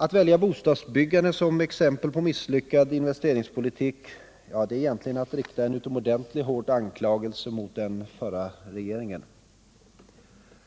Att välja bostadsbyggandet som exempel på misslyckad investeringspolitik är egentligen att rikta en utomordentligt hård anklagelse mot den förra regeringen.